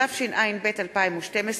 התשע"ב 2012,